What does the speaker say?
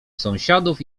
sąsiadów